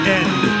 end